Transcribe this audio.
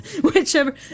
whichever